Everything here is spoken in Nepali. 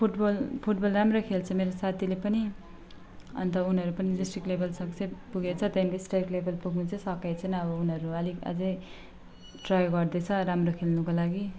फुटबल फुटबल राम्रो खेल्छ मेरो साथीले पनि अन्त उनीहरू पनि डिस्ट्रिक्ट लेभेलसम्म चाहिँ पुगेछ त्यहाँदेखि स्टेट लेभेल पुग्नु चाहिँ सकेको छैन अब उनीहरू आलिक अझै ट्राई गर्दैछ राम्रो खेल्नुको लागि